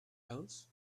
else